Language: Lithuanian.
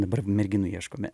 dabar merginų ieškome